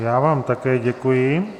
Já vám také děkuji.